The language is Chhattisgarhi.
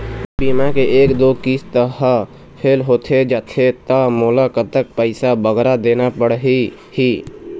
बीमा के एक दो किस्त हा फेल होथे जा थे ता मोला कतक पैसा बगरा देना पड़ही ही?